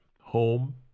home